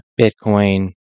Bitcoin